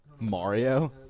Mario